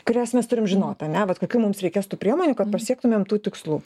kurias mes turim žinot ane vat kokių mums reikės tų priemonių kad pasiektumėm tų tikslų